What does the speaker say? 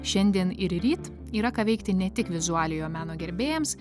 šiandien ir ryt yra ką veikti ne tik vizualiojo meno gerbėjams